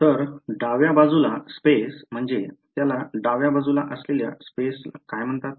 तर डाव्या बाजूला स्पेस म्हणजे त्याला डाव्या बाजूला असलेल्या स्पेस काय म्हणतात